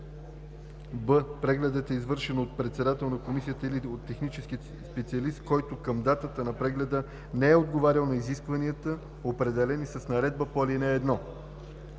б) прегледът е извършен от председател на комисия или от технически специалист, който към датата на прегледа не е отговарял на изискванията, определени с наредбата по ал. 1; в)